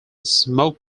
smoke